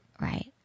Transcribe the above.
right